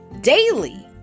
daily